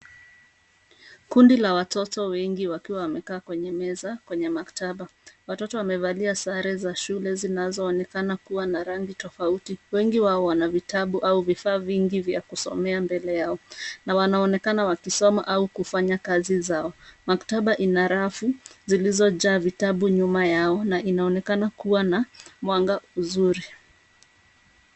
Kundi la watoto wengi wakiwa wamekaa kwenye meza kwenye maktaba. Watoto wamevalia sare za shule zinazoonekana kuwa na rangi tofauti. Wengi wao wana vitabu au vifaa vingi vya kusomea mbele yao. Wanaonekana wakisoma au kufanya kazi zao. Maktaba ina rafu zilizojaa vitabu nyuma yao na inaonekana kuwa na mwanga mzuri.